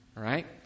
right